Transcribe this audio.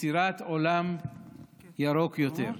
ליצירת עולם ירוק יותר.